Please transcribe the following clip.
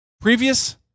previous